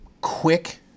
quick